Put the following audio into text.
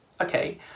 okay